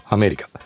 America